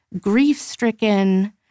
grief-stricken